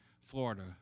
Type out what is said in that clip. Florida